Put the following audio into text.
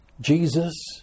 Jesus